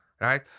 right